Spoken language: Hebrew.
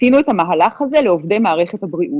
עשינו את המהלך הזה לעובדי מערכת הבריאות.